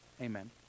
amen